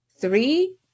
three